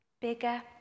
bigger